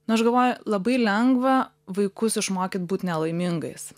nu aš galvoju labai lengva vaikus išmokyt būt nelaimingais